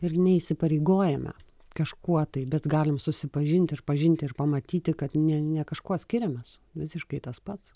ir neįsipareigojame kažkuo tai bet galim susipažinti ir pažinti ir pamatyti kad ne ne kažkuo skiriamės visiškai tas pats